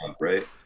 right